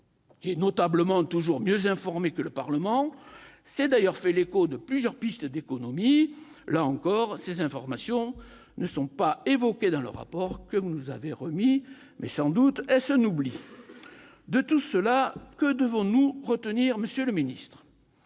presse, décidément toujours mieux informée que le Parlement, s'est d'ailleurs fait l'écho de plusieurs pistes d'économies. Là encore, ces informations ne sont pas évoquées dans le document que vous nous avez remis. Sans doute s'agit-il d'un oubli ... De tout cela, que devons-nous retenir, monsieur le ministre ?